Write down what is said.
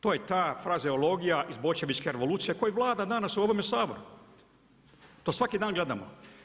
To je ta frazeologija iz Boljševičke revolucije koja vlada danas u ovome Saboru, to svaki dan gledamo.